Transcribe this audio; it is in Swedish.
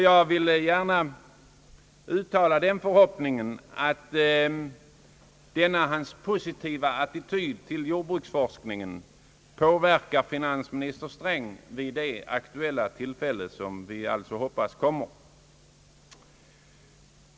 Jag uttalar den förhoppningen att jordbruksministerns positiva attityd till jordbruksforskningen skall påverka finansminister Sträng vid det tillfälle som vi hoppas kommer.